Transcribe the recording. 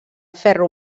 ferro